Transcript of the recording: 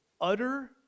utter